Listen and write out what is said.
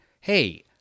hey